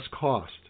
cost